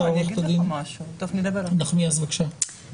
עו"ד נחמיאס, בבקשה.